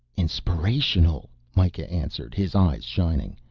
inspirational! mikah answered, his eyes shining.